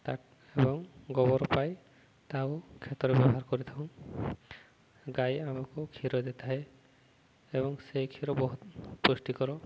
ତା ଏବଂ ଗୋବର ପାଇ ତାକୁ ଖେତରେ ବ୍ୟବହାର କରିଥାଉଁ ଗାଈ ଆମକୁ କ୍ଷୀର ଦେଇଥାଏ ଏବଂ ସେଇ କ୍ଷୀର ବହୁତ ପୁଷ୍ଟିକର